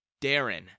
Darren